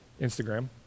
Instagram